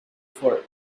for